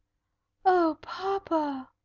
oh, papa!